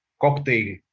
cocktail